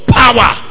power